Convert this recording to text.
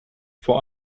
vor